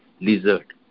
lizard